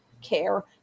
care